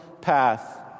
path